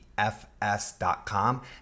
fs.com